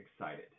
Excited